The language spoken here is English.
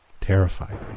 terrified